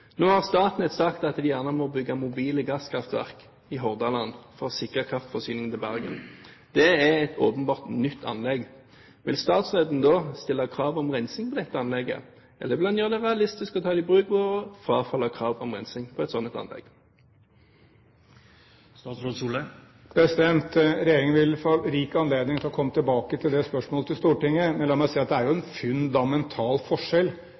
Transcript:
Nå har Statnett sagt at de gjerne kan bygge mobile gasskraftverk i Hordaland for å sikre kraftforsyningen til Bergen. Det er åpenbart et nytt anlegg. Vil statsråden da stille krav om rensing av dette anlegget, eller vil han være realistisk og ta det i bruk og frafalle krav om rensing på et slikt anlegg? Regjeringen vil få rik anledning til å komme tilbake til det spørsmålet i Stortinget, men la meg si at det er en fundamental forskjell